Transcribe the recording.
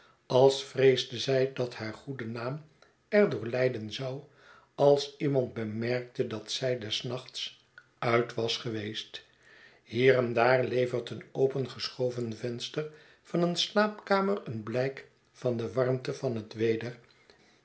als vreesde zij dat haar goede naam er door lijden zou alsiemand bemerkte dat zij des nachts uit was geweest hier en daar levert een opengeschoven venster van eene slaapkamer een blijk van de warmte van het weder